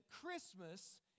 Christmas